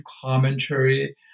commentary